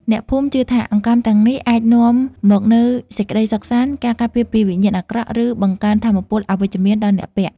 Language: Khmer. អ្នកភូមិជឿថាអង្កាំទាំងនេះអាចនាំមកនូវសេចក្តីសុខសាន្ត ការការពារពីវិញ្ញាណអាក្រក់ ឬបង្កើនថាមពពលវិជ្ជមានដល់អ្នកពាក់។